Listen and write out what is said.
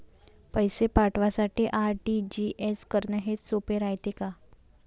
पैसे पाठवासाठी आर.टी.जी.एस करन हेच सोप रायते का?